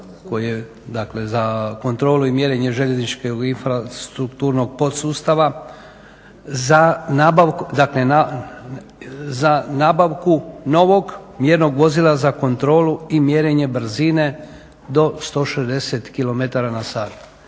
za kontrolu i mjerenje željezničkog infrastrukturnog podsustava, za nabavku novog mjernog vozila za kontrolu i mjerenje brzine do 160 km/h dakle